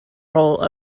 role